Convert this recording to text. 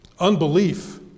Unbelief